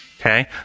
Okay